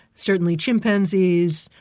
certainly chimpanzees,